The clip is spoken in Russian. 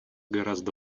гораздо